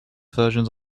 versions